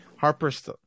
Harper's